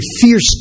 fierce